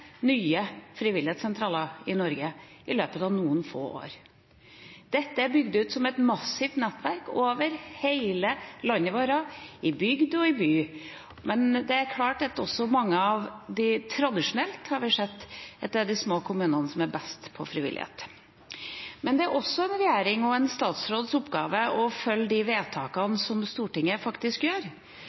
nye frivilligsentraler i Norge i løpet av noen få år. Dette er bygd ut som et massivt nettverk over hele landet vårt, i bygd og i by. Tradisjonelt har vi sett at det er de små kommunene som er best når det gjelder frivillighet. Det er en regjerings og en statsråds oppgave å følge opp de vedtakene som Stortinget faktisk gjør,